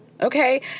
Okay